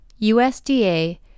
USDA